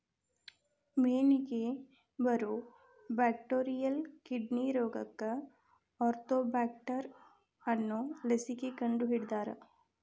ಮೇನಿಗೆ ಬರು bacterial kidney ರೋಗಕ್ಕ ಆರ್ತೋಬ್ಯಾಕ್ಟರ್ ಅನ್ನು ಲಸಿಕೆ ಕಂಡಹಿಡದಾರ